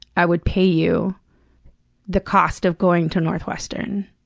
i would pay you the cost of going to northwestern.